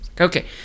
Okay